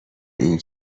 این